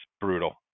brutal